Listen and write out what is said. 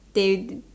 they